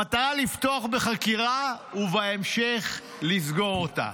המטרה, לפתוח בחקירה, ובהמשך לסגור אותה.